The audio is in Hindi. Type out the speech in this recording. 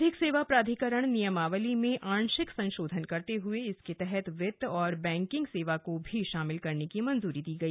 विधिक सेवा प्राधिकरण नियमावली में आंशिक संशोधन करते हुए इसके तहत वित्त व बैंकिंग सेवा को भी शामिल करने की मंजूरी दी गई